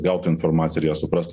gaut informaciją ir ją suprast